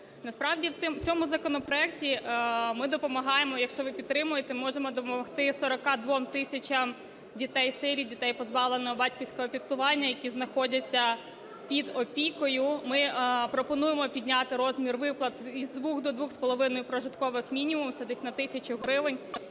Насправді, в цьому законопроекті ми допомагаємо, якщо ви підтримаєте, можемо допомогти 42 тисячам дітей-сиріт, дітей, позбавлених батьківського піклування, які знаходяться під опікою. Ми пропонуємо підняти розмір виплат з двох до двох з половиною прожиткових мінімумів, це десь на тисячу гривень.